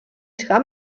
tram